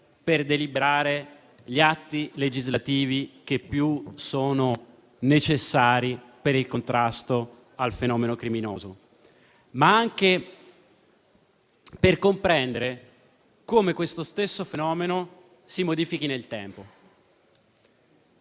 per deliberare gli atti legislativi che più sono necessari per il contrasto al fenomeno criminoso, ma anche per comprendere come questo stesso fenomeno si modifichi nel tempo.